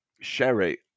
Sherry